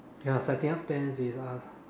ya setting up tents is ah